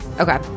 Okay